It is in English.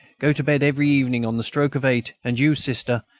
go to bed every evening on the stroke of eight, and you, sister,